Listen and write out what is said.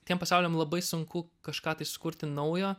tiem pasauliams labai sunku kažką tai sukurti naujo